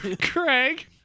Craig